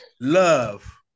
love